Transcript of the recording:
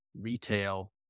retail